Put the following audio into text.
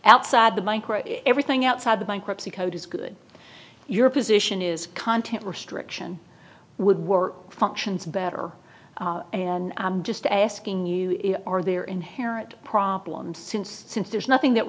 outside the micro everything outside the bankruptcy code is good your position is content restriction would work functions better and i'm just asking you are there inherent problems since since there's nothing that